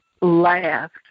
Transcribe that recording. laughed